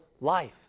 life